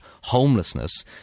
homelessness